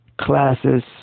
classes